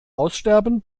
aussterben